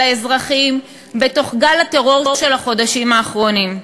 האזרחים בתוך גל הטרור של החודשים האחרונים.